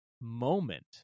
moment